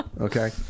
Okay